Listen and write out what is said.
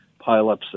pileups